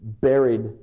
buried